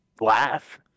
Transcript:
laugh